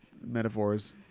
metaphors